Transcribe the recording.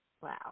Wow